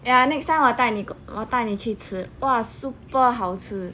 ya next time 我带你我带你去吃哇 super 好吃